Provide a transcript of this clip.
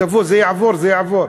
תבוא, זה יעבור, זה יעבור.